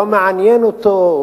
לא מעניין אותו,